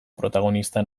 protagonista